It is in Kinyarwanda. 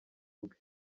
ubwe